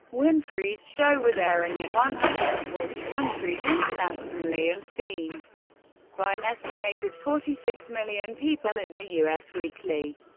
winfrey's show was airing in one hundred and forty countries internationally and seen by an estimated forty six million people in the us weekly.